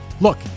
Look